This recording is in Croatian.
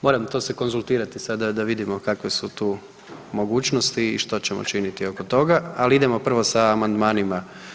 Moram to se konzultirati sada da vidimo kakve su tu mogućnosti i što ćemo činiti oko toga, ali idemo prvo sa amandmanima.